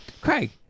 Craig